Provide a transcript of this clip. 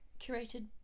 curated